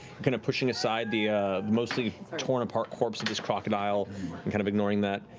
kind of pushing aside the mostly torn apart corpse of this crocodile and kind of ignoring that.